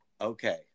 okay